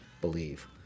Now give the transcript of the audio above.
believe